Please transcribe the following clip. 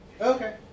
Okay